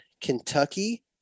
Kentucky